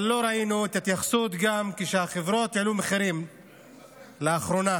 אבל לא ראינו התייחסות כשחברות העלו מחירים לאחרונה,